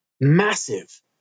massive